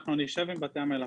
אנחנו נשב עם בתי המלאכה.